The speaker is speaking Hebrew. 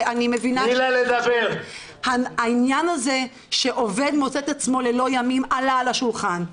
ואני מבינה --- העניין הזה שעובד מוצא את עצמו ללא ימים עלה על השולחן;